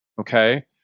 okay